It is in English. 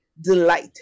delight